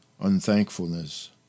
Unthankfulness